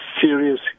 serious